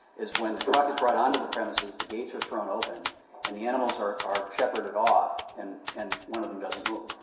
is when the truck is brought onto the premises, the gates are thrown open and the animals are are shepherded off and and one of them doesn't move.